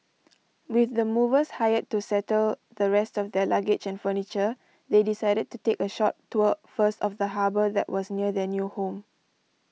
with the movers hired to settle the rest of their luggage and furniture they decided to take a short tour first of the harbour that was near their new home